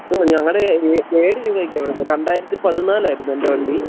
ആ ഞങ്ങളുടെ ഏഴ് രൂപയ്ക്ക് കൊടുത്തത് രണ്ടായിരത്തി പതിനാല് ആയിരുന്നു എൻ്റെ വണ്ടി